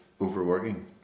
overworking